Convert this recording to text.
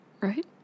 right